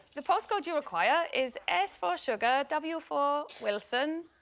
the postcode you require is s for sugar, w for wilson,